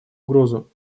угрозу